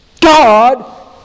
God